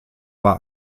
war